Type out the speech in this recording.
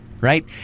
Right